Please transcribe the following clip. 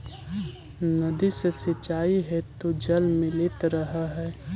नदी से सिंचाई हेतु जल मिलित रहऽ हइ